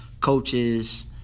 coaches